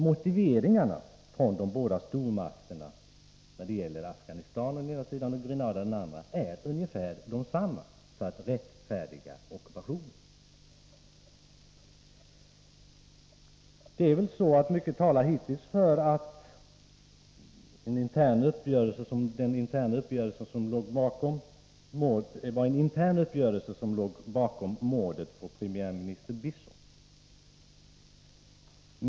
Motiveringarna för att rättfärdiga ockupationerna av Afghanistan och Grenada är ungefär desamma hos de båda stormakterna. Mycket talar hittills för att det var en intern uppgörelse som låg bakom mordet på premiärminister Bishop.